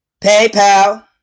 PayPal